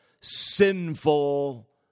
sinful